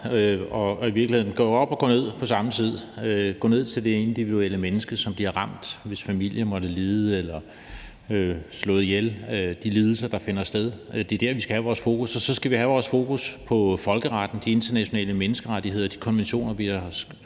og i virkeligheden gå op og gå ned på samme tid. Vi går ned til det individuelle menneske, som bliver ramt, og hvis familie måtte lide eller være blevet slået ihjel – de lidelser, der finder sted. Det er der, vi skal have vores fokus. Og så skal vi have vores fokus på folkeretten, de internationale menneskerettigheder og de konventioner, vi har skrevet